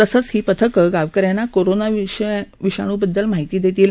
तसंच ही पथकं गावकन्यांना कोरोना विषाणूविषयी माहितीही दत्तील